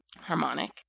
Harmonic